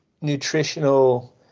nutritional